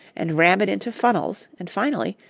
and ram it into funnels, and finally,